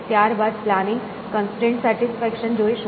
ત્યારબાદ પ્લાનિંગ અને constraint satisfaction જોઈશું